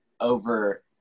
over